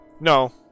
No